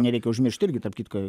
nereikia užmirštiirgi tarp kitko